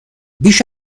بیش